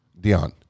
dion